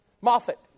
Moffat